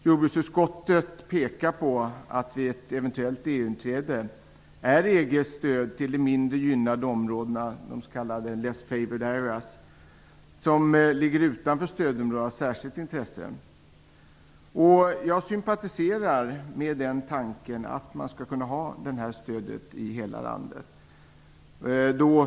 Jordbruksutskottet pekar på att vid ett eventuellt EU-inträde är EG:s stöd till de mindre gynnade områdena, s.k. less favoured areas, som ligger utanför stödområdena, av särskilt intresse. Jag sympatiserar med tanken att stödet skall kunna gälla hela landet.